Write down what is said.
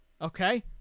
Okay